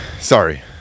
sorry